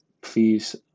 please